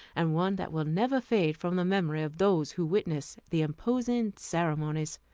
and one that will never fade from the memory of those who witnessed the imposing ceremonies.